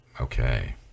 Okay